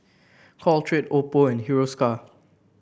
Caltrate Oppo and Hiruscar